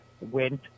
went